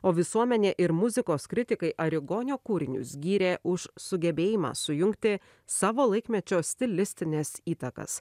o visuomenė ir muzikos kritikai arigonio kūrinius gyrė už sugebėjimą sujungti savo laikmečio stilistines įtakas